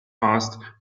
passed